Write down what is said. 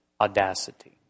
audacity